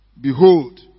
Behold